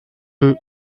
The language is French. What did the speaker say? peut